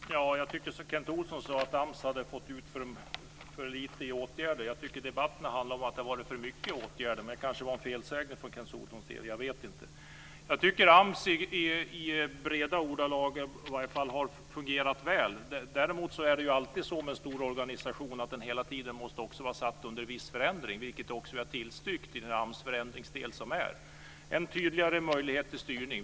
Fru talman! Jag tyckte att Kent Olsson sade att AMS har fått ut för få i åtgärder. Jag tycker att debatten har handlat om att det har varit för mycket åtgärder. Men det kanske var en felsägning från Kent Olssons sida. Jag vet inte. Jag tycker i varje fall i breda ordalag att AMS har fungerat väl. Däremot är det alltid så med stora organisationer att de hela tiden måste vara i viss förändring, vilket vi också har tillstyrkt i AMS förändringsdel, som ger en tydligare möjlighet till styrning.